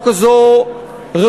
אנחנו התאחדנו, קבוצה גדולה,